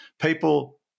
people